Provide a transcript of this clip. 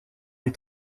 des